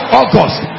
august